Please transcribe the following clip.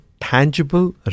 tangible